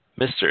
Mr